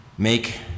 make